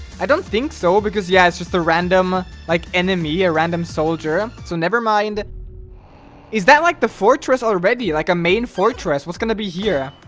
i don't think so because yeah, it's just a random like enemy a random soldier so never mind is that like the fortress already like a main fortress was gonna be here,